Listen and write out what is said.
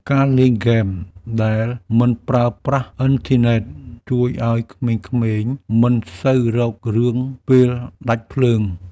ការលេងហ្គេមដែលមិនប្រើប្រាស់អ៊ីនធឺណិត ជួយឱ្យក្មេងៗមិនសូវរករឿងពេលដាច់ភ្លើង។